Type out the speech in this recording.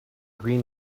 green